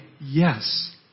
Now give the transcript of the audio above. yes